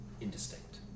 indistinct